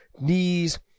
knees